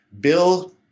Bill